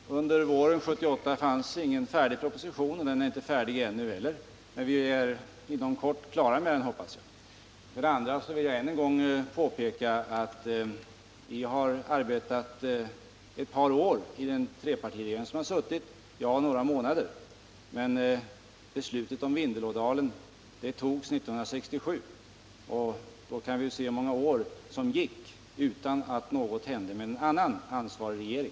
Herr talman! Under våren 1978 fanns ingen färdig proposition. Den är inte färdig nu heller, men vi blir klara med den inom kort, hoppas jag. Vidare vill jag än en gång påpeka att trepartiregeringen arbetade ett par år och att jag har arbetat i arbetsmarknadsdepartementet några månader. Men beslutet om Vindelådalen togs 1967, och då kan man lätt räkna ut hur många år som gick utan att något hände, när vi hade en annan ansvarig regering.